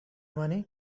money